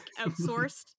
outsourced